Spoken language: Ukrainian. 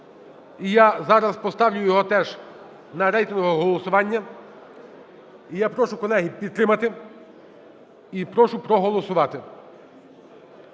я зараз поставлю його теж на рейтингове голосування. І я прошу, колеги, підтримати і прошу проголосувати.